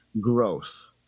growth